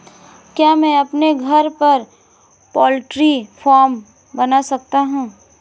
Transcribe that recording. क्या मैं अपने घर पर पोल्ट्री फार्म बना सकता हूँ?